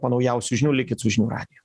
po naujausių žinių likit su žinių radiju